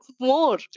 more